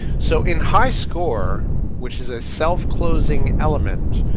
so in high score which is a self closing element,